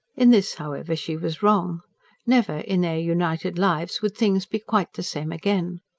in this, however, she was wrong never, in their united lives, would things be quite the same again.